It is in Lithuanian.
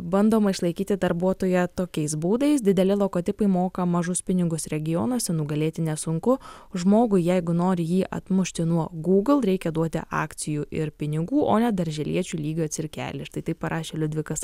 bandoma išlaikyti darbuotoją tokiais būdais dideli logotipai moka mažus pinigus regionuose nugalėti nesunku žmogui jeigu nori jį atmušti nuo google reikia duoti akcijų ir pinigų o ne darželiečių lygio cirkelį štai taip parašė liudvikas